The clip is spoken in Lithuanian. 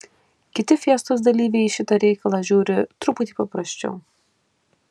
kiti fiestos dalyviai į šitą reikalą žiūri truputį paprasčiau